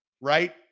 right